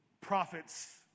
prophets